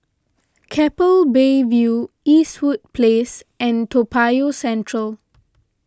Keppel Bay View Eastwood Place and Toa Payoh Central